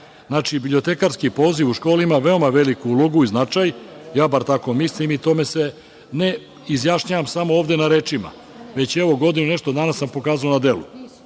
Bibliotekarski poziv u školi ima veoma veliku ulogu i značaj, bar tako mislim i tome se ne izjašnjavam samo ovde na rečima, već evo godinu i nešto dana sam pokazao na delu